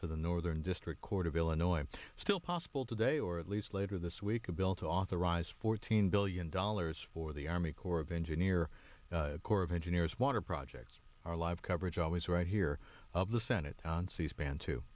for the northern district court of illinois and still possible today or at least later this week a bill to authorize fourteen billion dollars for the army corps of engineer corps of engineers water projects our live coverage always right here of the senate on cspan to